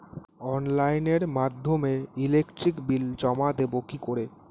অনলাইনের মাধ্যমে electric bill জমা দেবো কি করে?